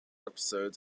episodes